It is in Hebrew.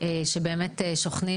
שבאמת שוכנים